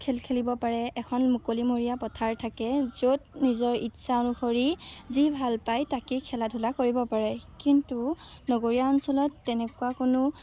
খেল খেলিব পাৰে এখন মুকলিমূৰীয়া পথাৰ থাকে য'ত নিজৰ ইচ্ছা অনুসৰি যি ভাল পায় তাকেই খেলা ধূলা কৰিব পাৰে কিন্তু নগৰীয়া অঞ্চলত তেনেকুৱা কোনো